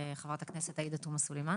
חברת הכנסת עאידה תומא סלימאן